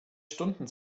stunden